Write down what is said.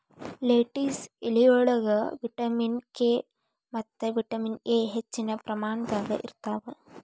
lettuce ಎಲಿಯೊಳಗ vitamin K ಮತ್ತ vitamin A ಹೆಚ್ಚಿನ ಪ್ರಮಾಣದಾಗ ಇರ್ತಾವ